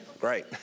Great